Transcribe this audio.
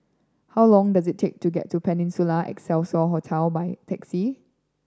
how long does it take to get to Peninsula Excelsior Hotel by taxi